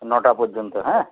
নটা পর্যন্ত হ্যাঁ